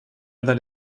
other